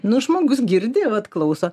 nu žmogus girdi vat klauso